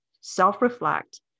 Self-reflect